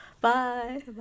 bye